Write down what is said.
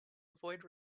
avoid